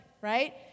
right